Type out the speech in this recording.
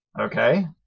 okay